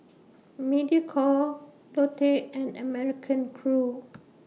Mediacorp Lotte and American Crew